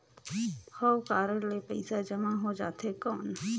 हव कारड ले पइसा जमा हो जाथे कौन?